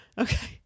Okay